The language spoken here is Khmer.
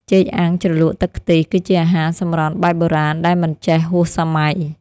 ចេកអាំងជ្រលក់ទឹកខ្ទិះ គឺជាអាហារសម្រន់បែបបុរាណដែលមិនចេះហួសសម័យ។